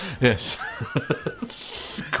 yes